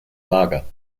lager